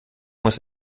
muss